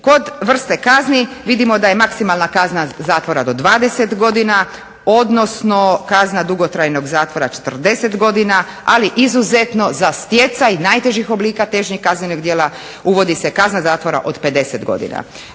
Kod vrste kazni vidimo da je maksimalna kazna zatvora do 20 godina, odnosno kazna dugotrajnog zatvora 40 godina, ali izuzetno za stjecaj najtežih oblika teškog kaznenog djela uvodi se kazna zatvora od 50 godina.